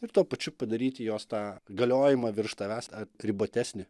ir tuo pačiu padaryti jos tą galiojimą virš tavęs tą ribotesnį